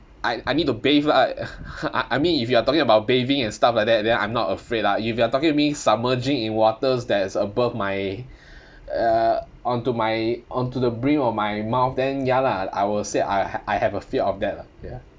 I I need to bathe right I I mean if you are talking about bathing and stuff like that then I'm not afraid lah if you are talking to me submerging in waters that is above my uh onto my onto the brim of my mouth then ya lah I will say I h~ I have a fear of that lah ya